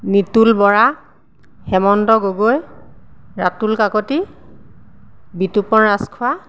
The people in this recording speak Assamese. নিতুল বৰা হেমন্ত গগৈ ৰাতুল কাকতি বিতুপন ৰাজখোৱা